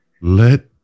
Let